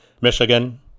Michigan